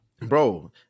bro